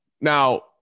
Now